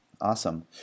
Awesome